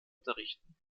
unterrichten